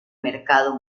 mercado